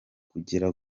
kugera